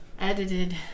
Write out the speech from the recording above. edited